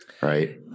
right